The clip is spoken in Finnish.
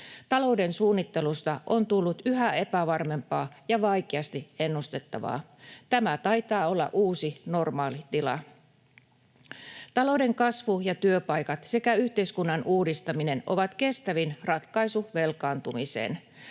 Talouden suunnittelusta on tullut yhä epävarmempaa ja vaikeasti ennustettavaa. Tämä taitaa olla uusi normaali tila. Talouden kasvu ja työpaikat sekä yhteiskunnan uudistaminen ovat kestävin ratkaisu velkaantumiseen.